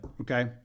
Okay